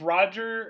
Roger